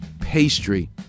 pastry